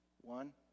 One